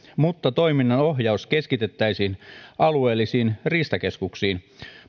mutta toiminnanohjaus keskitettäisiin alueellisiin riistakeskuksiin